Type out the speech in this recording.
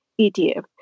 ETF